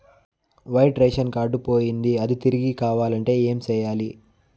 white ration card పోయింది అది తిరిగి కావాలంటే ఏం సేయాలి